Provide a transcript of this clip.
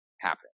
happen